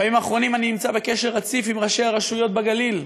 בימים האחרונים אני נמצא בקשר רציף עם ראשי הרשויות בגליל.